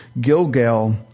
Gilgal